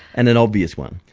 and an obvious one,